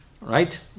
right